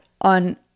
on